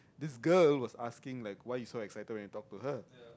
this girl was asking like why you so excited when you talk to her